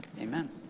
Amen